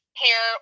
pair